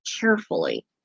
carefully